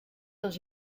dans